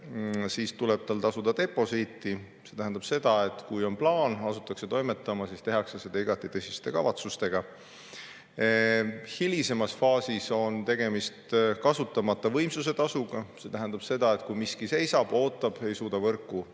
siis tuleb tal tasuda deposiiti. See tähendab seda, et kui on plaan, asutakse toimetama, siis tehakse seda igati tõsiste kavatsustega. Hilisemas faasis on tegemist kasutamata võimsuse tasuga. See tähendab seda, et kui miski seisab, ootab, ei suuda võrku